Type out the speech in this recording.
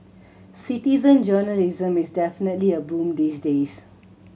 citizen journalism is definitely a boom these days